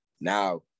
Now